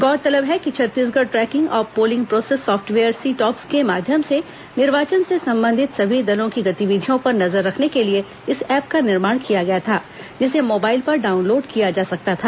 गौरतलब है कि Chhattisgarh tracking of polling process software C TOPS के माध्यम से निर्वाचन से संबंधित सभी दलों की गतिविधियों पर नजर रखने के लिए इस ऐप का निर्माण किया गया था जिसे मोबाइल पर डाउनलोड किया जा सकता था